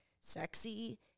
sexy